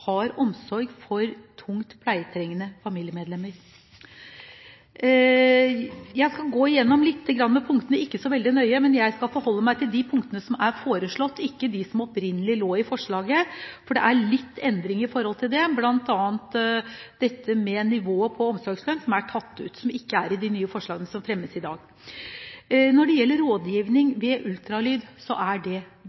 har omsorg for tungt pleietrengende familiemedlemmer. Jeg skal gå litt igjennom punktene – ikke så veldig nøye, men jeg skal forholde meg til de punktene som er foreslått, ikke til dem som opprinnelig lå i forslaget. Det er nemlig litt endring, bl.a. er nivået på omsorgslønn tatt ut, og det er ikke i de forslagene som fremmes i dag. Rådgivning ved ultralyd er veldig viktig. Fremskrittspartiet synes det